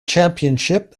championship